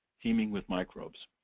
teaming with microbes,